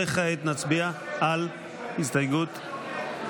וכעת נצביע על את רואה איך חסכתי לך לא להגיד מה הסרת?